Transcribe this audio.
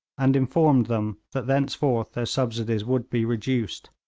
and informed them that thenceforth their subsidies would be reduced.